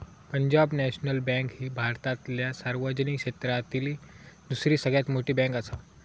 Punjab National Bank ही भारतातल्या सार्वजनिक क्षेत्रातली दुसरी सगळ्यात मोठी बँकआसा